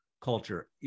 culture